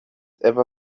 ever